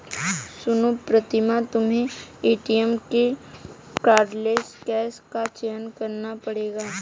सुनो प्रीतम तुम्हें एटीएम में कार्डलेस कैश का चयन करना पड़ेगा